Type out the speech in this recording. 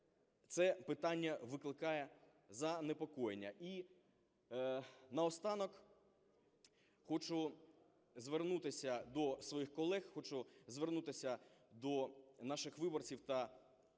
це питання викликає занепокоєння. І на останок хочу звернутися до своїх колег, хочу звернутися до наших виборців та всіх